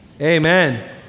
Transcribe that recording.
amen